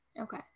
Okay